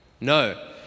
No